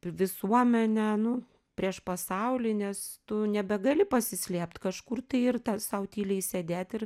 visuomenę nu prieš pasaulį nes tu nebegali pasislėpt kažkur tai ir ta sau tyliai sėdėt ir